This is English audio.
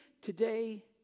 today